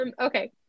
Okay